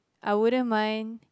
I wouldn't mind